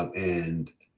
and